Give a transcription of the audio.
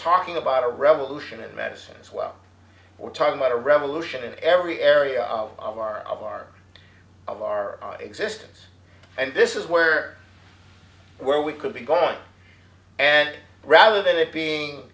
talking about a revolution in medicine it's well we're talking about a revolution in every area of our of our of our existence and this is where where we could be going and rather than it being